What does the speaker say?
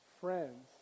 friends